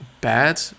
bad